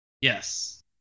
Yes